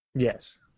Yes